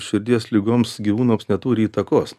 širdies ligoms gyvūnams neturi įtakos